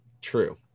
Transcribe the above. true